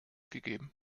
gegeben